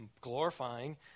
glorifying